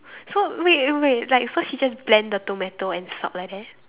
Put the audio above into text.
so wait wait like so she just blend the tomato and salt like that